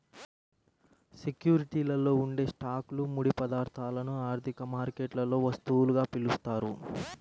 సెక్యూరిటీలలో ఉండే స్టాక్లు, ముడి పదార్థాలను ఆర్థిక మార్కెట్లలో వస్తువులుగా పిలుస్తారు